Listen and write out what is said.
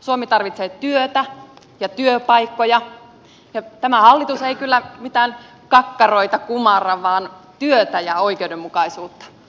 suomi tarvitsee työtä ja työpaikkoja ja tämä hallitus ei kyllä mitään kakkaroita kumarra vaan työtä ja oikeudenmukaisuutta